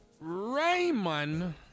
Raymond